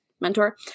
Mentor